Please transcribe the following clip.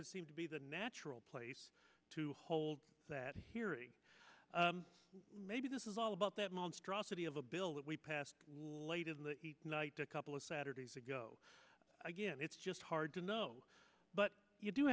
would seem to be the natural place to hold that hearing maybe this is all about that monstrosity of a bill that we passed late in the night a couple of saturdays ago again it's just hard to know but you do